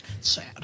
Sad